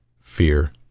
fear